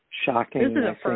shocking